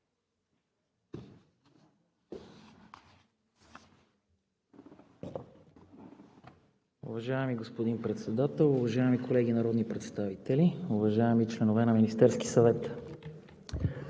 Уважаеми господин Председател, уважаеми колеги народни представители, уважаеми членове на Министерския съвет!